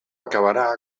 acabarà